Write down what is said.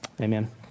Amen